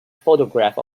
photograph